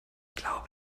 glaube